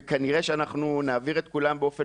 וכנראה שאנחנו נעביר את כולם באופן